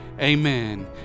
amen